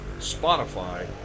Spotify